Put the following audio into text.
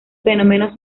fenómenos